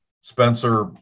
Spencer